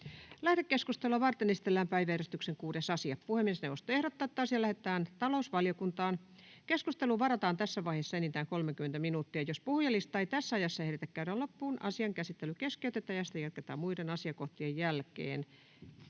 Lähetekeskustelua varten esitellään päiväjärjestyksen 4. asia. Puhemiesneuvosto ehdottaa, että asia lähetetään ympäristövaliokuntaan. Keskusteluun varataan tässä vaiheessa enintään 30 minuuttia. Jos puhujalistaa ei tässä ajassa ehditä käydä loppuun, asian käsittely keskeytetään ja sitä jatketaan muiden asiakohtien jälkeen.